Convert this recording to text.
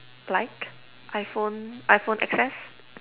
like iPhone iPhone X_S